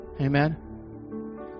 Amen